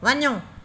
वञो